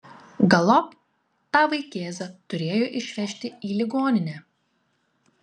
galop tą vaikėzą turėjo išvežti į ligoninę